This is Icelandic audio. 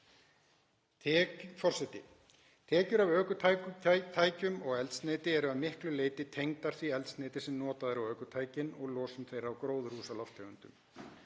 Tekjur af ökutækjum og eldsneyti eru að miklu leyti tengdar því eldsneyti sem notað er á ökutækin og losun þeirra á gróðurhúsalofttegundum.